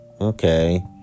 Okay